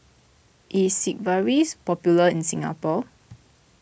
is Sigvaris popular in Singapore